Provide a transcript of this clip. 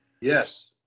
Yes